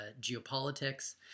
geopolitics